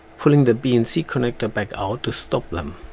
pulling the bnc connector back out to stop them